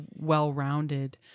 well-rounded